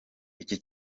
iki